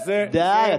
די.